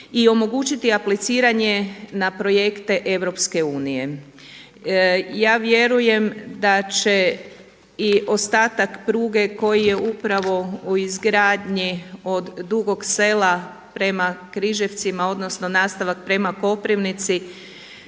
i omogućiti apliciranje na projekte EU. Ja vjerujem da će i ostatak pruge koji je upravo u izgradnji od Dugog Sela prema Križevcima, odnosno nastavak prema Koprivnici